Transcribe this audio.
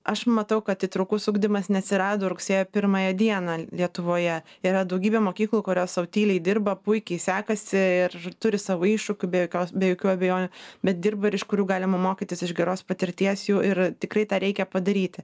aš matau kad įtraukus ugdymas neatsirado rugsėjo pirmąją dieną lietuvoje yra daugybė mokyklų kurios sau tyliai dirba puikiai sekasi ir turi savo iššūkių be jokios be jokių abejonių bet dirba ir iš kurių galima mokytis iš geros patirties jų ir tikrai tą reikia padaryti